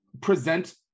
present